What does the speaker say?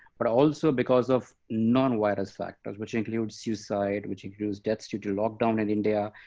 but also because of non-virus factors, which include suicide, which includes deaths due to lockdown in india,